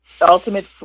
ultimate